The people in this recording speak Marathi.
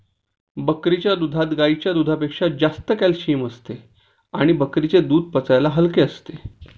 बकरीच्या दुधात गाईच्या दुधापेक्षा जास्त कॅल्शिअम असते आणि बकरीचे दूध पचायला हलके असते